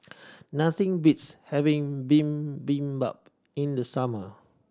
nothing beats having Bibimbap in the summer